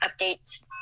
updates